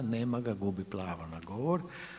Nema ga, gubi pravo na govor.